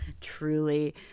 truly